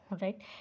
right